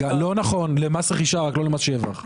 רק למס רכישה; לא למס שבח.